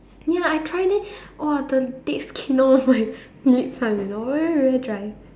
ya I try then !wah! the dead skin all over my lips one you know really very dry